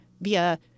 via